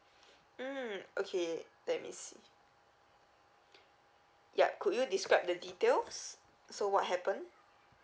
mm okay let me see yup could you describe the details so what happened